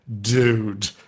dude